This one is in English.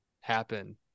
happen